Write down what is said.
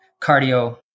cardio